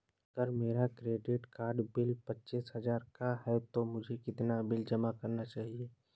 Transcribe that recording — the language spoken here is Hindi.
अगर मेरा क्रेडिट कार्ड बिल पच्चीस हजार का है तो मुझे कितना बिल जमा करना चाहिए?